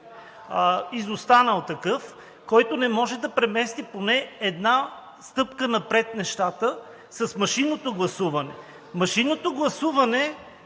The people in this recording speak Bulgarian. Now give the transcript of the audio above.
изостанал такъв, който не може да премести поне една стъпка напред нещата с машинното гласуване. Да, съгласен